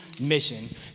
Mission